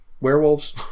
werewolves